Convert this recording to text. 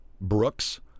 Brooks